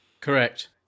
correct